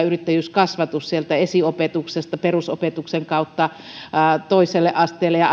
yrittäjyyskasvatus sieltä esiopetuksesta perusopetuksen kautta toiselle asteelle ja